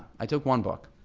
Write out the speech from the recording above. i took one book.